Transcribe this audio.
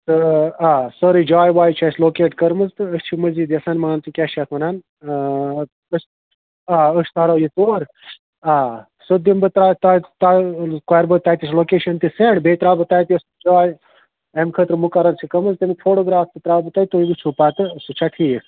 تہٕ آ سورُے جاے واے چھِ اَسہِ لوکیٹ کٔرمٕژ تہٕ أسۍ چھِ مٔزیٖد یَژھان مان ژٕ کیٛاہ چھِ اَتھ وَنان آ أسۍ تارو یہِ تور آ سُہ دِمہٕ بہٕ تۄہہِ تۄہہِ تۄہہِ کَرٕ بہٕ تَتِچ لوکیشَن تہِ سٮ۪نٛڈ بیٚیہِ ترٛاوٕ بہٕ تَتہِ یۄس جاے اَمہِ خٲطرٕ مُقرَر چھِ گٔمٕژ تَمیُک فوٹو گرٛاف تہِ ترٛاوٕ بہٕ توہہِ تُہۍ وٕچھِو پَتہٕ سُہ چھا ٹھیٖک